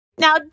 Now